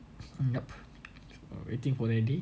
yup so waiting already